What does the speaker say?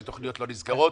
שתוכניות לא נסגרות.